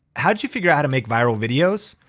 how did you figure out how to make viral videos?